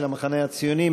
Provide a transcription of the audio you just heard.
של המחנה הציוני,